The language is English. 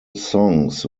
songs